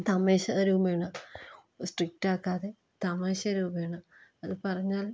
തമാശ രൂപേണ സ്ട്രിക്റ്റാക്കാതെ തമാശ രൂപേണ അത് പറഞ്ഞാൽ